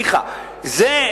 ניחא זה,